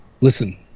Listen